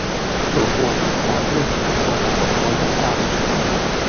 brokuotos staklės brokuotą paklodę audžia